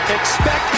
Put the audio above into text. expect